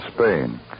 Spain